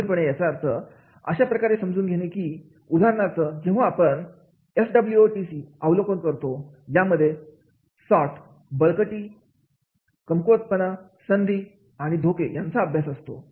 गंभीरपणे याचा अर्थ अशा प्रकारे समजून घेणे की उदाहरणार्थ जेव्हा आपण एसडब्ल्यूओटी आकलन करतो यामध्ये बळकटी कमकुवतपणा संधी आणि धोके यांचा अभ्यास करतो